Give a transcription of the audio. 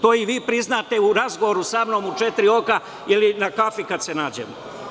To i vi priznate u razgovoru sa mnom u četiri oka, ili na kafi kad se nađemo.